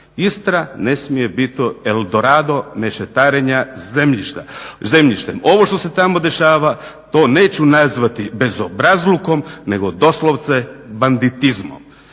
Istra ne smije biti El' Dorado mešetarenja zemljištem. Ovo što se tamo dešava to neću nazvati bezobrazlukom, nego doslovce banditizmom.